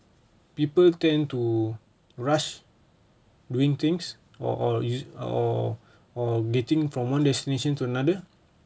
people tend to rush doing things or or is it or or getting from one destination to another